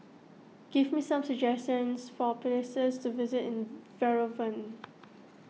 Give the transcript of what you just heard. give me some suggestions for places to visit in Yerevan